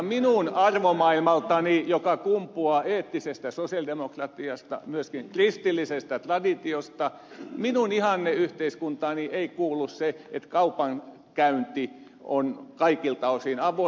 minun arvomaailmaani joka kumpuaa eettisestä sosialidemokratiasta myöskin kristillisestä traditiosta minun ihanneyhteiskuntaani ei kuulu se että kaupankäynti on kaikilta osin avoin